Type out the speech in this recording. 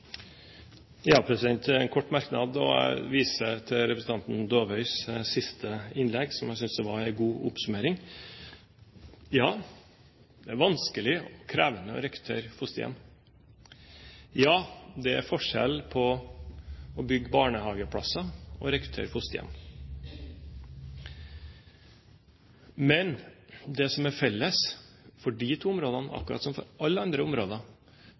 En kort merknad: Jeg viser til representanten Dåvøys siste innlegg, som jeg synes var en god oppsummering. Ja, det er vanskelig og krevende å rekruttere fosterhjem. Ja, det er forskjell på å bygge barnehageplasser og å rekruttere fosterhjem. Men det som er felles for de to områdene, akkurat som for alle andre områder